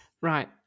Right